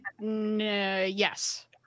yes